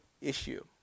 issue